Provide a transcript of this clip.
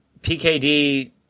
PKD